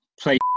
play